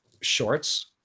shorts